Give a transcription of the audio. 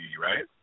right